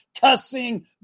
cussing